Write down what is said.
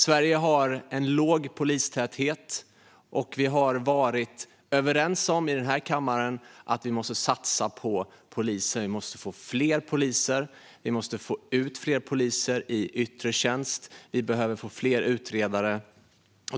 Sverige har en låg polistäthet, och vi har i denna kammare varit överens om att vi måste satsa på poliser. Vi måste få fler poliser. Vi måste få ut fler poliser i yttre tjänst. Vi behöver få fler utredare.